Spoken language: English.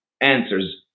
answers